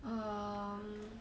um